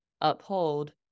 uphold